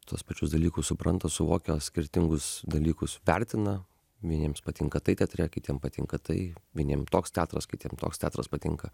tuos pačius dalykus supranta suvokia skirtingus dalykus vertina vieniems patinka tai teatre kitiem patinka tai vieniem toks teatras kitiem toks teatras patinka